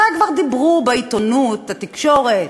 הרי כבר דיברו בעיתונות, בתקשורת,